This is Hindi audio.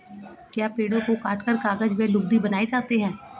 क्या पेड़ों को काटकर कागज व लुगदी बनाए जाते हैं?